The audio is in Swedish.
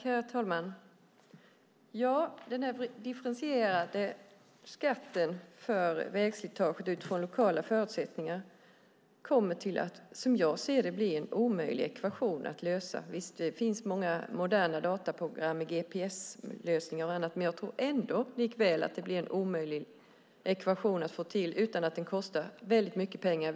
Herr talman! Den differentierade skatten för vägslitaget utifrån lokala förutsättningar kommer, som jag ser det, att bli en omöjlig ekvation att lösa. Visst finns det många moderna dataprogram med gps-lösningar och annat. Jag tror likväl att det blir en omöjlig ekvation att lösa utan att det kostar väldigt mycket pengar.